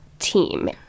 Team